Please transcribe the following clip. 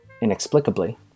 Inexplicably